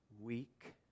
weak